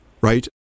right